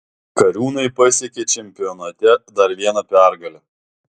kariūnai pasiekė čempionate dar vieną pergalę